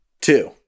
Two